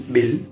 Bill